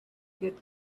good